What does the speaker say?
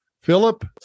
Philip